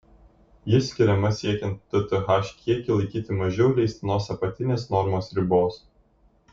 ji skiriama siekiant tth kiekį laikyti mažiau leistinos apatinės normos ribos